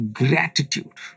gratitude